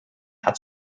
hat